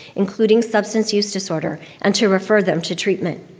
including substance use disorder, and to refer them to treatment.